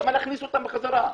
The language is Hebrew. למה להכניס אותם בחזרה?